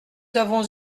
avons